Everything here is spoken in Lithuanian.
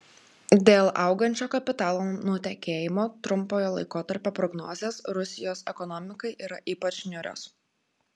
dėl augančio kapitalo nutekėjimo trumpojo laikotarpio prognozės rusijos ekonomikai yra ypač niūrios